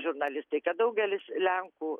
žurnalistai kad daugelis lenkų